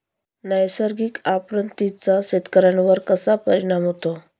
नैसर्गिक आपत्तींचा शेतकऱ्यांवर कसा परिणाम होतो?